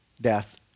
death